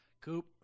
Coop